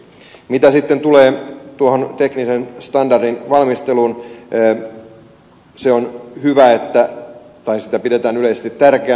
mitä tulee tuohon teknisen standardin valmisteluun se on hyvä tai sitä pidetään yleisesti tärkeänä